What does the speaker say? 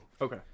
Okay